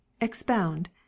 expound